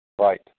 Right